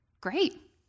great